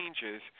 changes